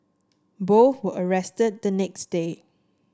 both were arrested the next day